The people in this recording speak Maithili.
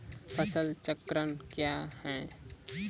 फसल चक्रण कया हैं?